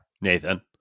Nathan